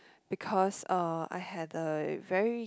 because uh I had a very